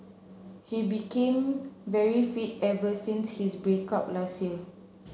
he became very fit ever since his break up last year